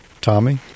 Tommy